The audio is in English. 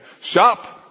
shop